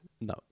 No